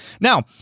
Now